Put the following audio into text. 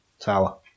Tower